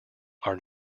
are